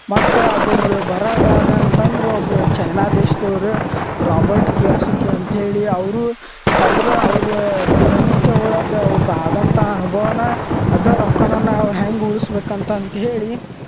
ಮತ್ತು ಅದ್ರದ್ದು ಬರಹಗಾರ ಅಂತಂದರು ಒಬ್ರು ಚೈನಾ ದೇಶದವ್ರು ರೋಬರ್ಟ್ ಕಿಯಾಸಕಿ ಅಂತ ಹೇಳಿ ಅವರು ಅವ್ರ ಅವ್ರ ದಿನನಿತ್ಯ ಒಳಗೆ ಅವ್ರ್ದ್ದೇ ಆದಂಥ ಅನುಭವನ ಅದ ರೊಕ್ಕನ ನಾವು ಹೆಂಗೆ ಉಳಸಬೇಕಂತ ಅಂತ್ಹೇಳಿ